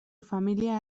familia